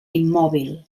immòbil